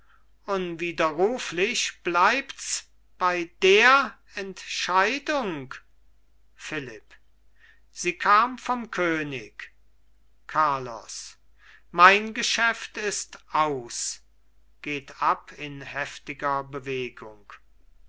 unwiderruflich bleibts bei der entscheidung philipp sie kam vom könig carlos mein geschäft ist aus geht ab in heftiger bewegung